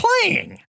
playing